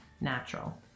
natural